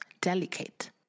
delicate